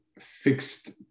fixed